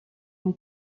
muy